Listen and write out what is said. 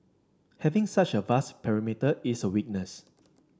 having such a vast perimeter is a weakness